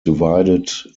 divided